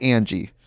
Angie